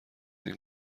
این